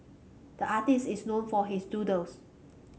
the artist is known for his doodles